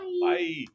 bye